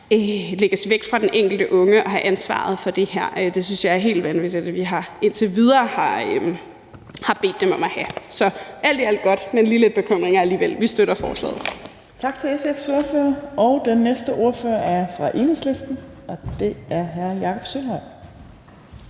lægges væk fra den enkelte unge at have ansvaret for det her. Det synes jeg det er helt vanvittigt at vi indtil videre har bedt dem om at have. Så alt i alt er det godt, men der er lige lidt bekymringer alligevel. Vi støtter forslaget. Kl. 17:53 Tredje næstformand (Trine Torp): Tak til SF's ordfører. Den næste ordfører er fra Enhedslisten, og det er hr. Jakob Sølvhøj.